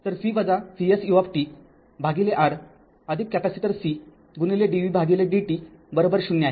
तर v Vs u भागिले R capacitor c गुणिले dvdt ० आहे